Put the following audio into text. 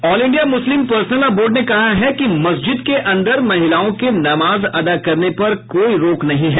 all India Muslim personal law board ने कहा है कि मस्जिद के अंदर महिलाओं के नमाज अदा करने पर कोई रोक नहीं है